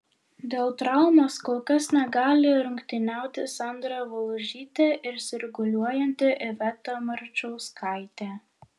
dėl traumos kol kas negali rungtyniauti sandra valužytė ir sirguliuojanti iveta marčauskaitė